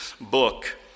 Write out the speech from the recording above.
book